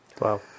Wow